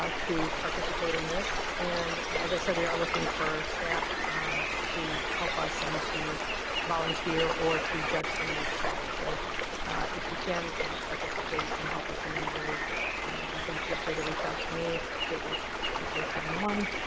ah to participate in this. and, as i said, we are looking for staff to help us and to volunteer or to judge some of these tracks, so if you can participate and help us in any way you can feel free to reach out to me, j h two zero seven one,